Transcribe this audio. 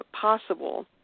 possible